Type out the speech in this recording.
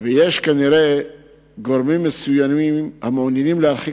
ויש כנראה גורמים מסוימים המעוניינים להרחיק